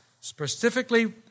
specifically